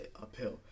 uphill